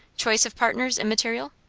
choice of partners immaterial?